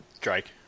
Drake